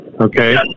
Okay